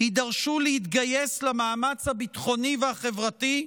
יידרשו להתגייס למאמץ הביטחוני והחברתי,